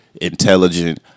intelligent